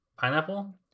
pineapple